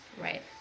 Right